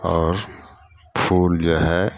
आओर फूल जे हइ